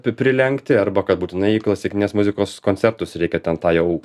prilenkti arba kad būtinai į klasikinės muzikos koncertus reikia ten tą jau